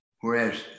whereas